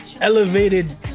Elevated